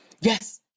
Yes